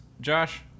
Josh